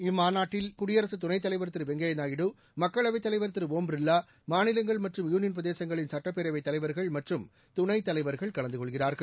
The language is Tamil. இதில் குடியரசுத் துணைத்தலைவா் திரு வெங்கையா நாயுடு மக்களவைத் தலைவா் திரு ஒம் பிா்வா மாநிலங்கள் மற்றும் யூளியன் பிரதேசங்களின் சட்டப்பேரவைத் தலைவா்கள் மற்றும் துணைத்தலைவா்கள் கலந்த கொள்கிறார்கள்